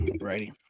Righty